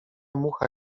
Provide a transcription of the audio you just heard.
mucha